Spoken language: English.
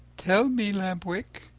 tell me, lamp-wick,